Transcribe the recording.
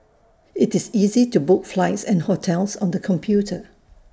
IT is easy to book flights and hotels on the computer